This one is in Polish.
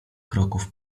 kroków